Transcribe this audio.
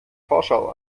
vorschau